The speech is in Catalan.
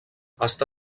està